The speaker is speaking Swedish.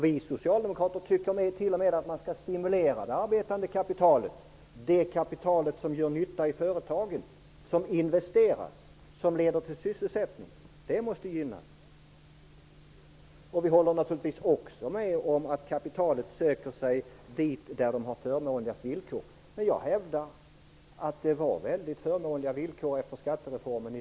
Vi socialdemokrater tycker t.o.m. att det arbetande kapitalet skall stimuleras och gynnas, dvs. det kapital som gör nytta i företagen. Det skall investeras och leda till sysselsättning. Vi håller naturligtvis också med om att kapitalet söker sig dig där de förmånligaste villkoren finns. Jag hävdar att villkoren blev förmånligare i Sverige efter skattereformen.